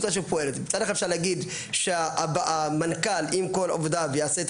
מצד אחד אפשר להגיד שמנכ"ל עם כל עובדיו יעשה את